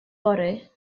fory